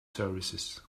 services